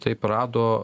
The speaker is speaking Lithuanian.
taip rado